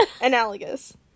Analogous